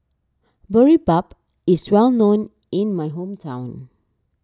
Boribap is well known in my hometown